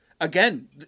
again